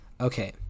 okay